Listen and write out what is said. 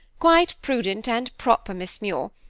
quite prudent and proper, miss muir.